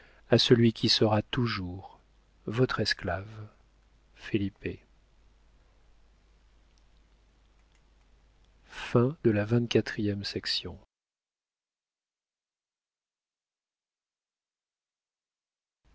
à celui qui sera toujours votre esclave